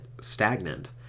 stagnant